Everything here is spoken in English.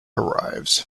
arrives